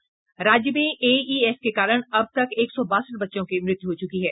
राज्य में एईएस के कारण अब तक एक सौ बासठ बच्चों की मृत्यू हो चूकी है